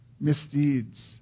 misdeeds